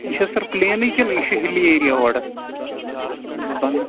یہِ چھا سَر پٕلینٕے کِنہٕ یہِ چھُ ہِلی ایریا اورٕ